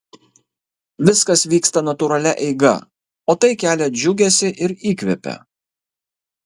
viskas vyksta natūralia eiga o tai kelia džiugesį ir įkvepia